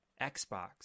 xbox